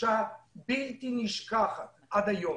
תחושה בלתי נשכחת, עד היום,